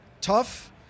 tough